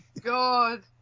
God